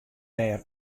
wêr